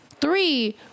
Three